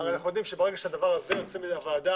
הרי אנחנו יודעים שברגע שהדבר הזה יוצא מהוועדה,